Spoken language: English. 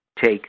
take